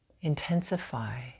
intensify